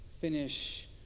finish